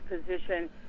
position